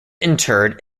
interred